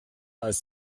als